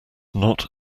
not